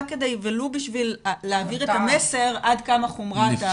ולו בשביל להעביר את המסר עד כמה חומרת הנושא.